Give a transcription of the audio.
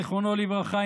זיכרונו לברכה,